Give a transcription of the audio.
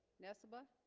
nessebar